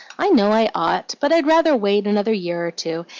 i know i ought, but i'd rather wait another year or two,